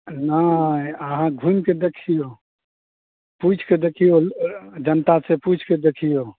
नहि आहाँ घुमि कै देखिऔ पुछिके देखिऔ जनता से पुछिके देखिऔ